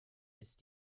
ist